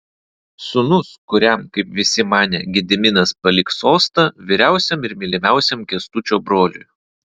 sūnus kuriam kaip visi manė gediminas paliks sostą vyriausiam ir mylimiausiam kęstučio broliui